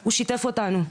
הוא שיתף אותנו.